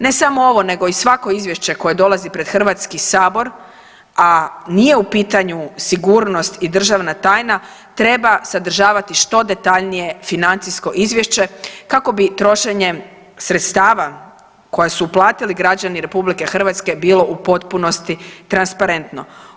Ne samo ovo nego i svako izvješće koje dolazi pred Hrvatski sabor, a nije u pitanju sigurnost i državna tajna treba sadržavati što detaljnije financijsko izvješće kako bi trošenje sredstava koje su uplatiti građani RH bilo u potpunosti transparentno.